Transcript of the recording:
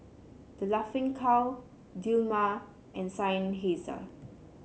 The Laughing Cow Dilmah and Seinheiser